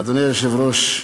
אדוני היושב-ראש,